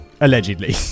allegedly